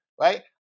right